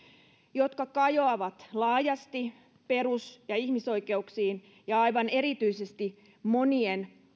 jotka kajoavat laajasti perus ja ihmisoikeuksiin ja aivan erityisesti monien